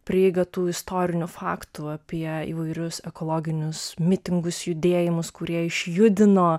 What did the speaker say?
prieiga tų istorinių faktų apie įvairius ekologinius mitingus judėjimus kurie išjudino